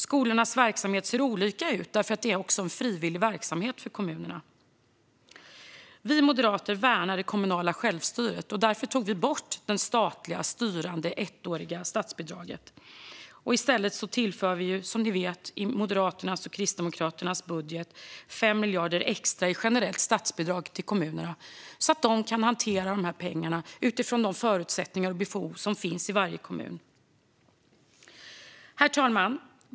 Skolornas verksamheter ser olika ut för att det är en frivillig verksamhet för kommunerna. Vi moderater värnar det kommunala självstyret, och därför tog vi bort det styrande ettåriga statsbidraget. I stället tillför vi, som ni vet, i Moderaternas och Kristdemokraternas budget 5 miljarder extra i generellt statsbidrag till kommunerna så att de kan hantera de här pengarna utifrån de förutsättningar och behov som finns i varje kommun. Herr talman!